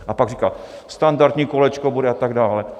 A pak říkal: Standardní kolečko bude a tak dále.